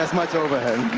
ah much overhead.